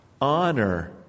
honor